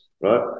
right